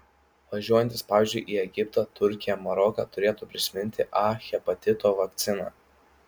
važiuojantys pavyzdžiui į egiptą turkiją maroką turėtų prisiminti a hepatito vakciną